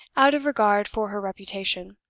out of regard for her reputation